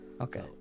Okay